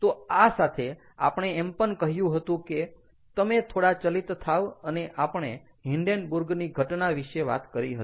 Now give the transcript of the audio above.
તો આ સાથે આપણે એમ પણ કહ્યું હતું કે તમે થોડા ચલિત થાવ અને આપણે હિન્ડેન્બુર્ગ ની ઘટના વિષે વાત કરી હતી